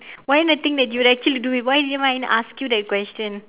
why didn't I think that you would actually do it why did I even ask you that question